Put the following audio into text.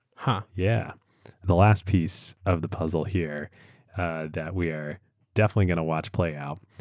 and yeah the last piece of the puzzle here that we are definitely going to watch play out,